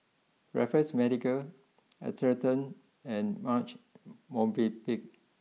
Raffles Medical Atherton and Marche Movenpick